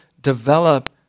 develop